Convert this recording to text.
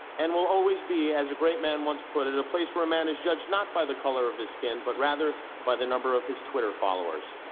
and will always be, as a great man once put it it a place where a man is judged not by the color of his skin, but rather by the number of his twitter followers.